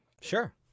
Sure